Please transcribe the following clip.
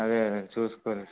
అదే అదే చుస్కోలేదు